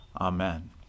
Amen